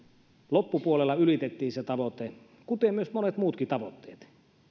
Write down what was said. loppupuolella jopa ylitettiin se tavoite kuten myös monet muutkin tavoitteet